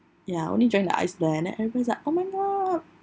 ya only drank the ice blend and everyone is like oh my god